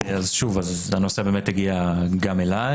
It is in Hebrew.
הנושא הזה באמת הובא גם אלי